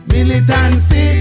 Militancy